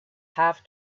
have